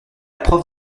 prof